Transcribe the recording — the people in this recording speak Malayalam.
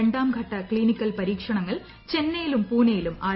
രണ്ടാം ഘട്ട ക്സിനിക്കൽ പരീക്ഷണങ്ങൾ ചെന്നൈയിലും പൂനെയിലും ആരംഭിച്ചു